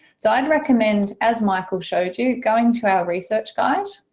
so i'd recommend as michael showed you, going to our research guides,